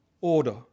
order